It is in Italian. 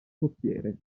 cocchiere